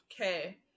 okay